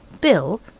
Bill